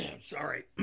Sorry